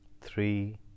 three